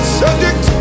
subject